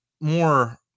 more